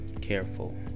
Careful